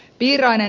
piirainen